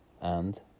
and